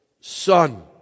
Son